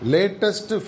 Latest